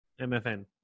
MFN